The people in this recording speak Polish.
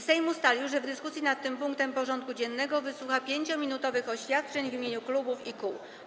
Sejm ustalił, że w dyskusji nad tym punktem porządku dziennego wysłucha 5-minutowych oświadczeń w imieniu klubów i kół.